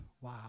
Wow